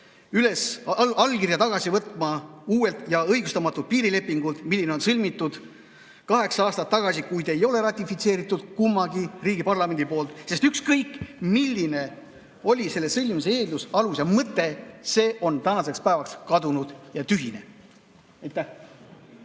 üles tagasi võtma allkirja uuelt ja õigustamatult piirilepingult, mis on sõlmitud kaheksa aastat tagasi, kuid ei ole ratifitseeritud kummagi riigi parlamendis. Ükskõik milline oli selle sõlmimise eeldus, alus ja mõte, see on tänaseks päevaks kadunud ja tühine. Aitäh!